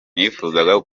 nifuzaga